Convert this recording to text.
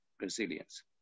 resilience